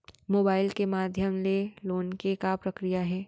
Mobile के माधयम ले लोन के का प्रक्रिया हे?